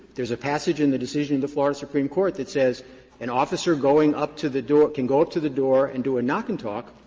there is a passage in the decision of the florida supreme court that says an officer going up to the door can go up to the door and do a knock and talk,